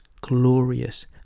glorious